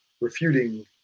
refuting